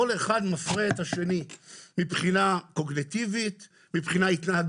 כל אחד מפרה את השני מבחינה קוגניטיבית והתנהגותית,